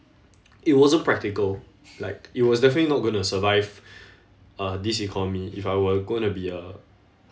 it wasn't practical like it was definitely not going to survive uh this economy if I were going to be a